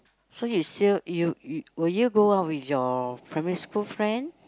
so you still you will you go out with your primary school friend